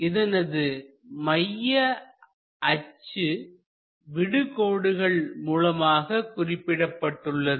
இதனது மைய அச்சு விடு கோடுகள் மூலமாக குறிக்கப்பட்டுள்ளது